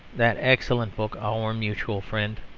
that excellent book our mutual friend,